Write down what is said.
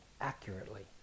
accurately